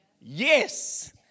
Yes